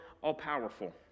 all-powerful